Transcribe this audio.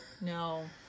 No